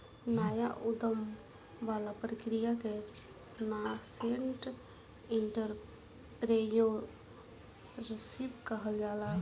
नाया उधम वाला प्रक्रिया के नासेंट एंटरप्रेन्योरशिप कहल जाला